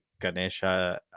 Ganesha